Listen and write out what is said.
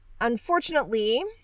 Unfortunately